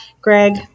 Greg